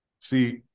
See